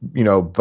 you know,